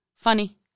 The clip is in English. Funny